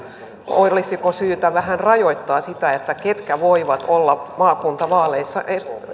olisiko syytä vähän rajoittaa sitä ketkä voivat olla maakuntavaaleissa